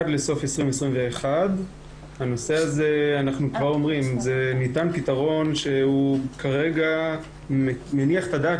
עד לסוף 2021. אנחנו כבר אומרים שניתן פתרון שכרגע הוא מניח את הדעת,